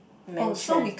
mentioned